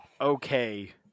okay